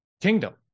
kingdom